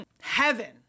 Heaven